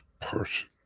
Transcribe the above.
person